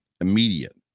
immediate